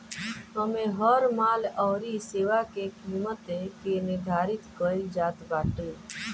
इमे हर माल अउरी सेवा के किमत के निर्धारित कईल जात बाटे